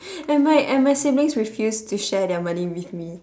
and my and my siblings refused to share their money with me